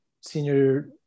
senior